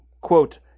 quote